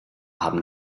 haben